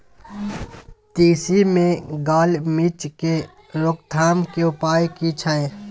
तिसी मे गाल मिज़ के रोकथाम के उपाय की छै?